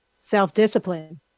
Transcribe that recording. Self-discipline